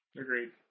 Agreed